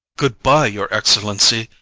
good-bye, your excellency.